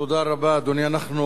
אנחנו עוברים, לא,